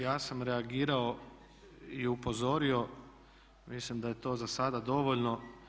Ja sam reagirao i upozorio, mislim da je to za sada dovoljno.